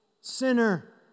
Sinner